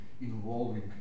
involving